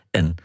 en